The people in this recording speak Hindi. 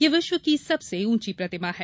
यह विश्व की सबसे ऊंची प्रतिमा है